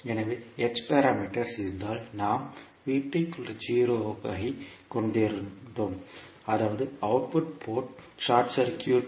எனவே h parameters இருந்தால் நாம் ஐக் கொண்டிருந்தோம் அதாவது அவுட்புட் போர்ட் ஷார்ட் சர்க்யூட்